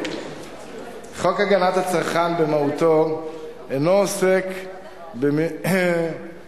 חוק הגנת הצרכן במהותו אינו עוסק במאטריה,